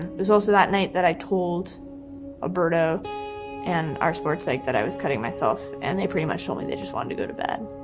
and was also that night that i told alberto and our sports psych that i was cutting myself. and they pretty much told me they just wanted to go to bed.